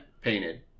Painted